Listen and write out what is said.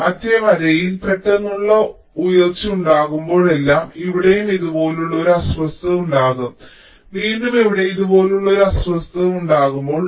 അതിനാൽ മറ്റെ വരിയിൽ പെട്ടെന്നുള്ള ഉയർച്ചയുണ്ടാകുമ്പോഴെല്ലാം ഇവിടെയും ഇതുപോലുള്ള ഒരു അസ്വസ്ഥത ഉണ്ടാകും വീണ്ടും ഇവിടെ ഇതുപോലുള്ള ഒരു അസ്വസ്ഥത ഉണ്ടാകും